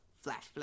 flash